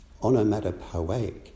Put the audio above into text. onomatopoeic